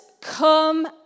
come